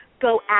go